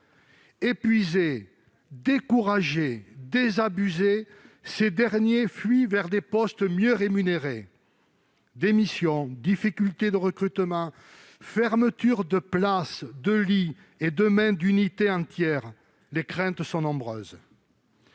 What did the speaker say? Épuisés, découragés, désabusés, ces derniers fuient et se tournent vers des postes mieux rémunérés. Démissions, difficultés de recrutement, fermetures de places, de lits et, demain, d'unités entières : les craintes sont nombreuses.